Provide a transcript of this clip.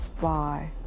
Bye